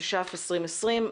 התש"ף-2020.